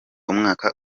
umwaka